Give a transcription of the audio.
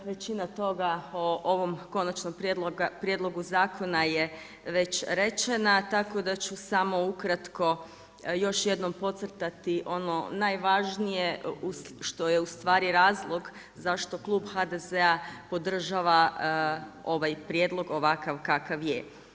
Većina toga o ovom konačnom prijedlogu zakona je već rečena, tako da ću samo ukratko još jednom podcrtati ono najvažnije što je ustvari razlog zašto klub HDZ-a podržava ovaj prijedlog, ovakav kakav je.